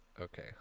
Okay